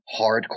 hardcore